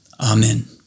Amen